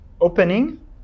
opening